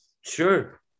sure